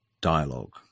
dialogue